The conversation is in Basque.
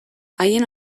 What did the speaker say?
haien